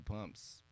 pumps